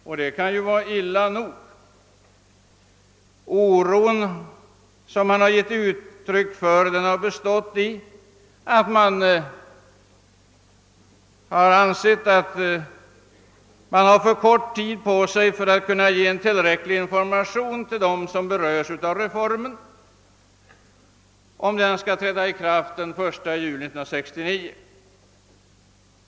Detta kan ju vara illa nog. Oron betingas av att man anser sig ha för kort tid på sig att ge tillräcklig information till dem som berörs av reformen om den skall träda i kraft den 1 juli 1969.